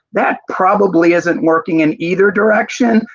that probably isn't working in either direction.